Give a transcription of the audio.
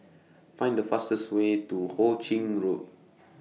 Find The fastest Way to Hu Ching Road